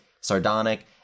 sardonic